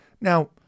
Now